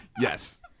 Yes